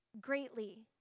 greatly